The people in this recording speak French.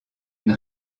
une